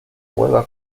huelga